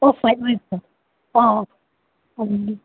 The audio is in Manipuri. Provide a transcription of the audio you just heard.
ꯑꯣꯐ ꯋꯥꯏꯠ ꯑꯣꯏꯕ꯭ꯔꯣ ꯑꯣ ꯑꯣ ꯎꯝ